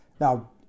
Now